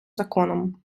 законом